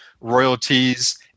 royalties